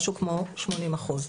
משהו כמו 80 אחוז.